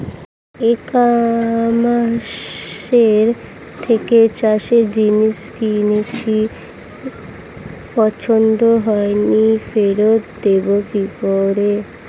ই কমার্সের থেকে চাষের জিনিস কিনেছি পছন্দ হয়নি ফেরত দেব কী করে?